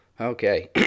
Okay